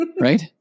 Right